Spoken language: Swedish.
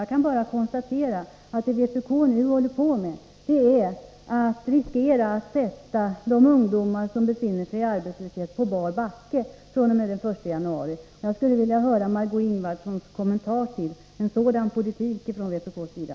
Jag kan bara konstatera att vad vpk nu håller på med är att riskera att sätta de ungdomar som befinner sig i arbetslöshet på bar backe fr.o.m. den 1 januari. Jag skulle vilja höra Marg6 Ingvardssons kommentar till en sådan politik från vpk:s sida.